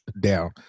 down